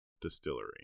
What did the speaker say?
distillery